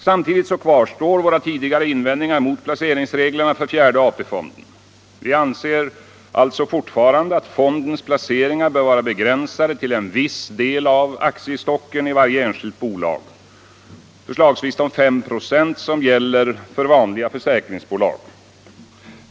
Samtidigt kvarstår våra tidigare invändningar mot placeringsreglerna för fjärde AP-fonden. Vi anser alltså fortfarande att fondens placeringar bör vara begränsade till en viss del av aktiestocken i varje enskilt bolag, förslagsvis de 5 96 som gäller för vanliga försäkringsbolag.